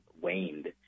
waned